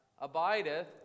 abideth